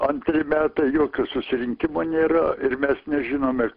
antri metai jokio susirinkimo nėra ir mes nežinome